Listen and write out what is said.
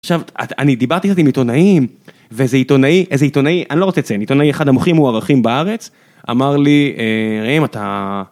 עכשיו, אני דיברתי קצת עם עיתונאים ואיזה עיתונאי, איזה עיתונאי, אני לא רוצה לציין, עיתונאי אחד הכי המוערכים בארץ, אמר לי, נראה אם אתה...